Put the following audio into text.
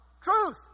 truth